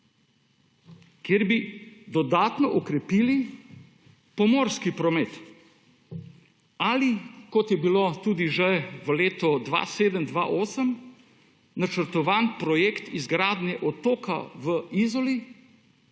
kjer bi dodatno okrepili pomorski promet ali kot je bilo tudi že v letu 2007-2008 načrtovan projekt izgradnje otroka v Izoli